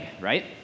right